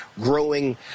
growing